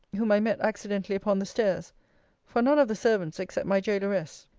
whom i met accidentally upon the stairs for none of the servants, except my gaoleress,